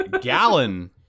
Gallon